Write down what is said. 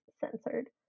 censored